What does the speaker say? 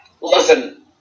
Listen